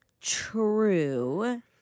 true